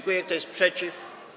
Kto jest przeciw?